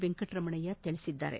ವೆಂಕಟರಮಣಯ್ಲ ತಿಳಿಸಿದ್ದಾರೆ